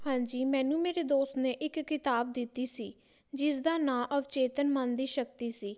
ਹਾਂਜੀ ਮੈਨੂੰ ਮੇਰੇ ਦੋਸਤ ਨੇ ਇੱਕ ਕਿਤਾਬ ਦਿੱਤੀ ਸੀ ਜਿਸਦਾ ਨਾਂ ਅਵਚੇਤਨ ਮਨ ਦੀ ਸ਼ਕਤੀ ਸੀ